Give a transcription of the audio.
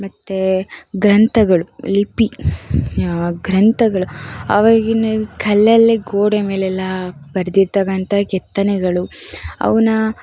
ಮತ್ತು ಗ್ರಂಥಗಳು ಲಿಪಿ ಗ್ರಂಥಗಳು ಆವಾಗಿನ ಕಲ್ಲಲ್ಲೇ ಗೋಡೆ ಮೇಲೆಲ್ಲ ಬರೆದಿರತಕ್ಕಂತಹ ಕೆತ್ತನೆಗಳು ಅವನ್ನ